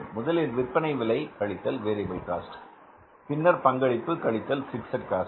முதலில் விற்பனை விலை கழித்தல் வேரியபில் காஸ்ட் பின்னர் பங்களிப்பு கழித்தல் பிக்ஸட் காஸ்ட்